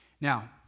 Now